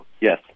Yes